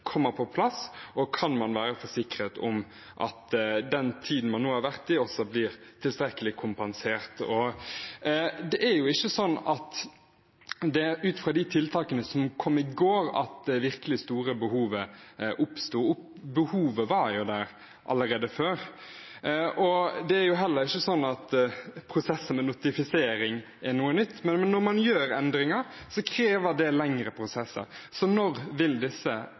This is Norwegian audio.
på plass, og om man kan være forsikret om at den tiden man nå har vært i, også blir tilstrekkelig kompensert. Det er jo ikke sånn at det var ut fra de tiltakene som kom i går, at det virkelig store behovet oppsto. Behovet var der allerede før. Det er heller ikke sånn at prosessen med notifisering er noe nytt, men når man gjør endringer, krever det lengre prosesser. Når vil disse